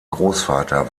großvater